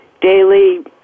daily